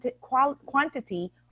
quantity